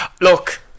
look